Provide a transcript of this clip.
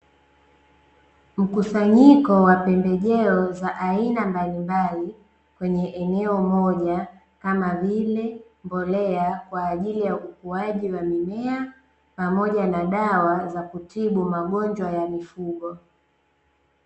Mkusanyiko wa pembejeo za aina mbalimbali kwenye eneo moja, kama vile mbolea kwa ajili ya ukuwaji wa mimea, pamoja na dawa za kutibu magonjwa ya mifugo.